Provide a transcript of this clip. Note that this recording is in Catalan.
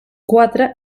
quatre